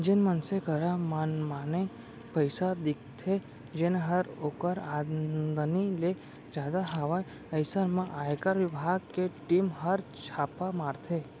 जेन मनसे करा मनमाने पइसा दिखथे जेनहर ओकर आमदनी ले जादा हवय अइसन म आयकर बिभाग के टीम हर छापा मारथे